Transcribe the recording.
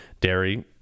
dairy